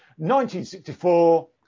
1964